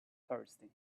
thirsty